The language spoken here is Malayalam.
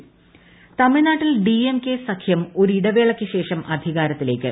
തമിഴ്നാട് തമിഴ്നാട്ടിൽ ഡിഎംകെ സഖ്യം ഒരിടവേളക്ക് ശേഷം അധികാരത്തിലേക്ക്